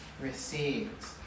received